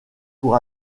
pour